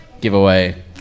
giveaway